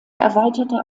erweiterte